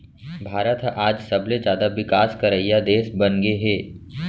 भारत ह आज सबले जाता बिकास करइया देस बनगे हे